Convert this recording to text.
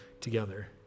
together